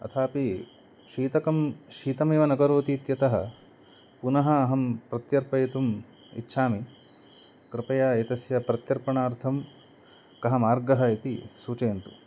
अथापि शीतकं शीतमेव न करोति इत्यतः पुनः अहं प्रत्यर्पयितुम् इच्छामि कृपया एतस्य प्रत्यर्पणार्थं कः मार्गः इति सूचयन्तु